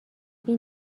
این